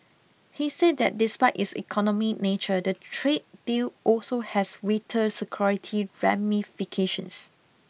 he said that despite its economy nature the trade deal also has vital security ramifications